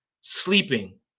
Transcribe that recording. sleeping